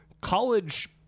college